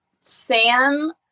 Sam